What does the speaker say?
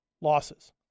losses